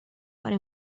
para